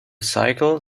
cycle